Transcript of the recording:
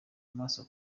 amaso